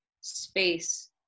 space